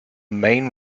main